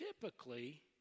typically